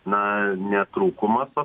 na ne trūkumas o